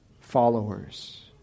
followers